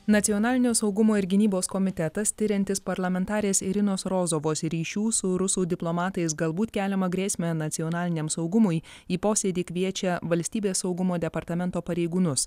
nacionalinio saugumo ir gynybos komitetas tiriantis parlamentarės irinos rozovos ryšių su rusų diplomatais galbūt keliamą grėsmę nacionaliniam saugumui į posėdį kviečia valstybės saugumo departamento pareigūnus